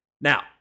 Now